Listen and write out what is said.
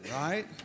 right